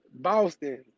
Boston